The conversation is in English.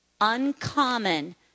Uncommon